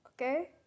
okay